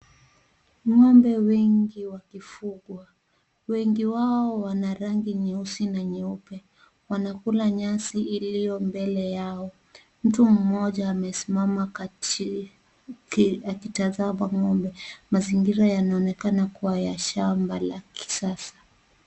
Ng'ombe wengi wakifugwa. Wengi wao wana rangi nyeusi na nyeupe. Wanakula nyasi iliyo mbele yao. Mtu mmoja amesimama kati akitazama ng'ombe. Mazingira yanaonekana kuwa ya shamba la kisasa.